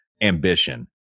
ambition